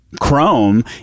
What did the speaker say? Chrome